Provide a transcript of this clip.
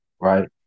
right